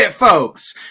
folks